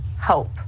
hope